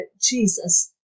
Jesus